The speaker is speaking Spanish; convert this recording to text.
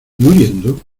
muriendo